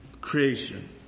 creation